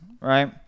right